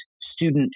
student